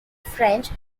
french